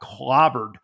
clobbered